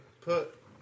put